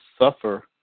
suffer